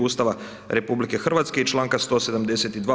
Ustava RH i članka 172.